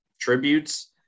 Tributes